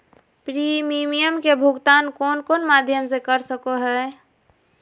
Premium के भुक्तान कौन कौन माध्यम से कर सको है?